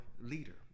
leader